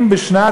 אם בשנת